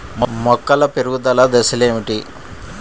మొక్కల పెరుగుదల దశలు ఏమిటి?